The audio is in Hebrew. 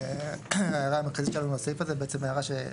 --- הערה כללית בקשר לסעיף הזה שאנחנו